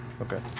Okay